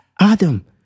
Adam